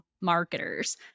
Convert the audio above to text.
marketers